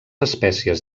espècies